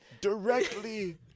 directly